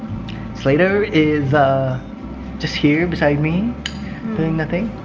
slater is ah just here beside me doing nothing.